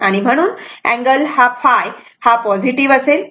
म्हणून अँगल ϕ हा पॉझिटिव्ह असेल